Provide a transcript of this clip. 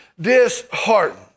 disheartened